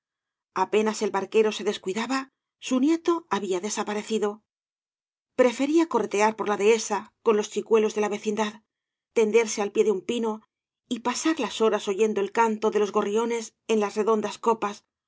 apenas el barquero se descuidaba su nieto había desaparecido prefería corretear por la dehesa con los chicuelos v blasoo ibáñfíz de la vecindad tenderse al pie de un pino y pasar las horas oyendo el canto de los gorriones en las redondas copas